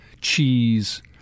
cheese